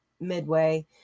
midway